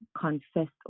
confessed